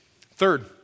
Third